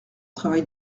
travail